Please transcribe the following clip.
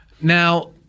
Now